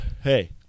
hey